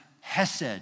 hesed